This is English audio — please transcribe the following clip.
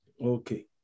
Okay